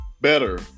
better